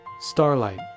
Starlight